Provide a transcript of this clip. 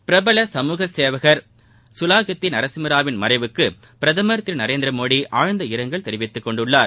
பிரபல சமூக சேவகர் சுலாகித்தி நரசிம்மாவின் மறைவுக்கு பிரதமர் திரு நரேந்திர மோடி ஆழ்ந்த இரங்கலை தெரிவித்துக் கொண்டுள்ளார்